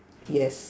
yes